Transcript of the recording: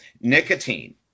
nicotine